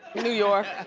new york.